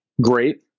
great